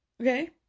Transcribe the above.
Okay